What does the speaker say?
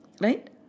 Right